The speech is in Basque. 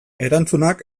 erantzunak